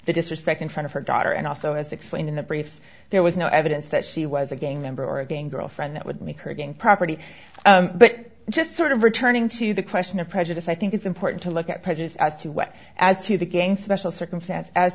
the disrespect in front of her daughter and also as explained in the briefs there was no evidence that she was a gang member or again girlfriend that would make her gang property but just sort of returning to the question of prejudice i think it's important to look at prejudice as to whether as to the game special circumstance as